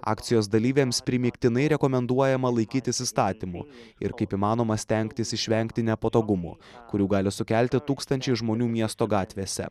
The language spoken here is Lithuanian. akcijos dalyviams primygtinai rekomenduojama laikytis įstatymų ir kaip įmanoma stengtis išvengti nepatogumų kurių gali sukelti tūkstančiai žmonių miesto gatvėse